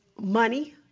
money